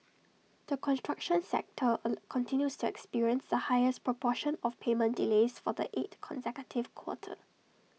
the construction sector A continues to experience the highest proportion of payment delays for the eight consecutive quarter